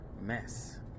mess